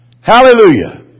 Hallelujah